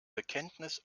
bekenntnis